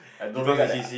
I don't really get that a